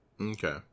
Okay